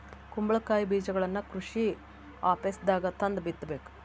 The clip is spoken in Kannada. ಕುಂಬಳಕಾಯಿ ಬೇಜಗಳನ್ನಾ ಕೃಷಿ ಆಪೇಸ್ದಾಗ ತಂದ ಬಿತ್ತಬೇಕ